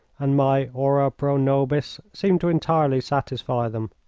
and my ora pro nobis seemed to entirely satisfy them.